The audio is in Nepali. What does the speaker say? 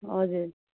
हजुर